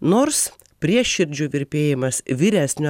nors prieširdžių virpėjimas vyresnio